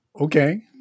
Okay